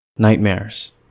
Nightmares